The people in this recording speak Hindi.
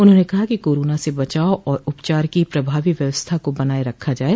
उन्होंने कहा कि कोरोना से बचाव और उपचार की प्रभावी व्यवस्था को बनाए रखा जाये